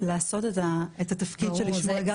לעשות את התפקיד של לשמוע את זה.